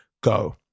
go